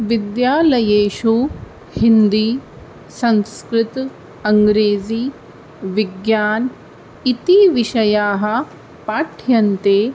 विद्यालयेषु हिन्दी संस्कृतम् अङ्ग्रेज़ी विज्ञानम् इति विषयाः पाठ्यन्ते